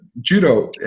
judo